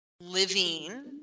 living